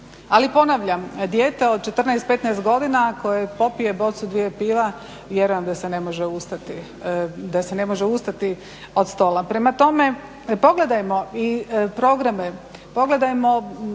Ali ponavljam, dijete od 14-15 godina koje popije bocu-dvije piva vjerujem da se ne može ustati od stola. Prema tome pogledajmo i programe,